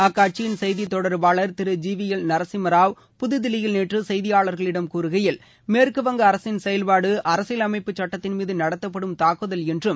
அக்கட்சியின் செய்தித் தொடர்பாளர் திரு தஜி வி எல் நரசிம்மராவ் புதுதில்லியில் நேற்று செய்தியாளர்களிடம் கூறுகையில் மேற்குவங்க அரசின் செயல்பாடு அரசியலமைப்புச் சட்டத்தின் மீது நடத்தப்படும் தூக்குதல் என்றும்